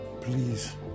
please